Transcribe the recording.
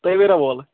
تَویرا وول